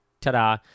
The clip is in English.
Ta-da